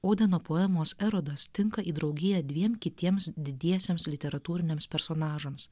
odeno poemos erodas tinka į draugiją dviem kitiems didiesiems literatūriniams personažams